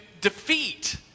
defeat